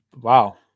wow